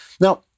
Now